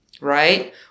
right